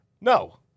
No